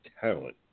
talent